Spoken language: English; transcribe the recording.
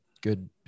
good